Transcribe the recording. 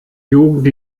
jugend